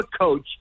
coach